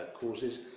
causes